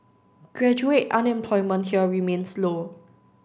graduate unemployment here remains low